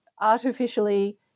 artificially